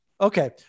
Okay